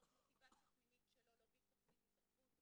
מתוך מוטיבציה פנימית שלו להעביר תוכנית התערבות,